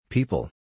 People